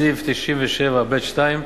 בסעיף 97(ב2),